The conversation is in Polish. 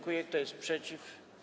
Kto jest przeciw?